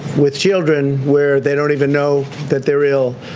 with children where they don't even know that they're ill